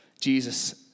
Jesus